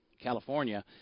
California